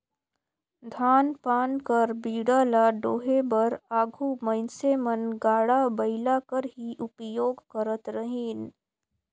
धान पान कर बीड़ा ल डोहे बर आघु मइनसे मन गाड़ा बइला कर ही उपियोग करत रहिन